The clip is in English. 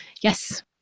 yes